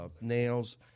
nails